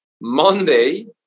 Monday